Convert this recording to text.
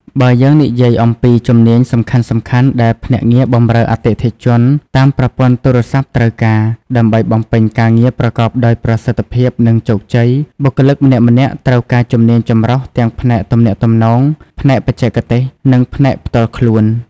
បើយើងនិយាយអំពីជំនាញសំខាន់ៗដែលភ្នាក់ងារបម្រើអតិថិជនតាមប្រព័ន្ធទូរស័ព្ទត្រូវការ ដើម្បីបំពេញការងារប្រកបដោយប្រសិទ្ធភាព និងជោគជ័យ បុគ្គលិកម្នាក់ៗត្រូវការជំនាញចម្រុះទាំងផ្នែកទំនាក់ទំនង ផ្នែកបច្ចេកទេស និងផ្នែកផ្ទាល់ខ្លួន។